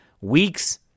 weeks